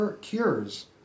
cures